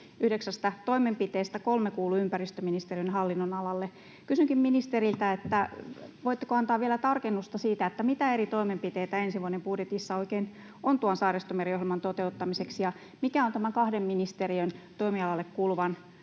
Yhdeksästä toimenpiteestä kolme kuuluu ympäristöministeriön hallinnonalalle. Kysynkin ministeriltä: voitteko antaa vielä tarkennusta siitä, mitä eri toimenpiteitä ensi vuoden budjetissa oikein on tuon Saaristomeri-ohjelman toteuttamiseksi ja mikä on tämän kahden ministeriön toimialalle kuuluvan